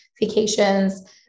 vacations